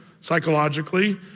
psychologically